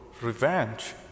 revenge